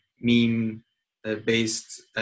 meme-based